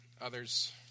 Others